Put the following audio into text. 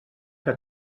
que